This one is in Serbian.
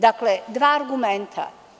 Dakle, dva argumenta.